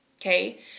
Okay